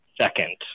Second